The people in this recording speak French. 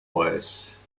bresse